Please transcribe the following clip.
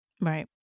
Right